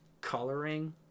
coloring